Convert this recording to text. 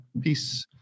peace